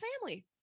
family